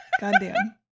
goddamn